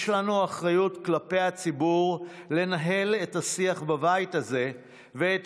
יש לנו אחריות כלפי הציבור לנהל את השיח בבית הזה ואת